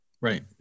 Right